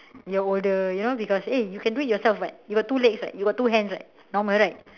you're older you know because eh you can do it yourself what you got two legs what you got two hands what normal right